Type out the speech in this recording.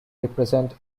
represent